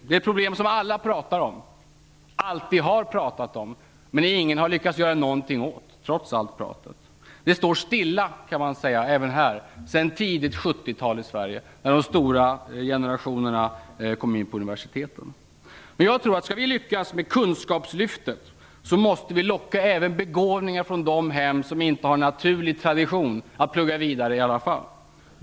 Det är ett problem som alla pratar om, alltid har pratat om, men som ingen lyckats göra något åt trots allt prat. Det står stilla även här sedan tidigt 70 tal. Då kom de stora årskullarna in på universiteten. Om vi skall lyckas med kunskapslyftet måste vi även locka begåvningar från de hem som inte har en naturlig tradition att plugga vidare.